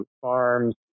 farms